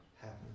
happen